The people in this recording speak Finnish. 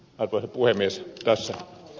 arvoisa puhemies kares